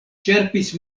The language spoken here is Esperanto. ĉerpis